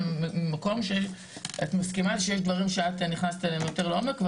אלא ממקום שאת מסכימה שיש דברים שאת נכנסת אליהם יותר לעומק,